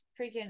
freaking